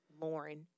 Lauren